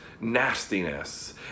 nastiness